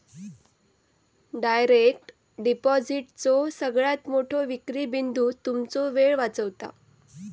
direct डिपॉजिटचो सगळ्यात मोठो विक्री बिंदू तुमचो वेळ वाचवता